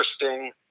interesting